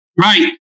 Right